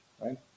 right